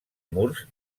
murs